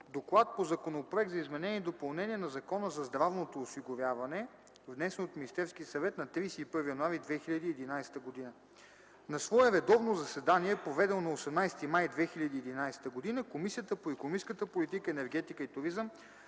„ДОКЛАД по Законопроект за изменение и допълнение на Закона за здравното осигуряване, № 102-01-6, внесен от Министерския съвет на 31 януари 2011 г. На свое редовно заседание, проведено на 18 май 2011 г., Комисията по икономическата политика, енергетика и туризъм